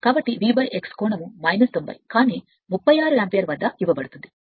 కాబట్టి V X కోణం తొంభై కానీ 36 యాంపియర్ వద్ద ఇవ్వబడుతుంది